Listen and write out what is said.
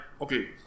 okay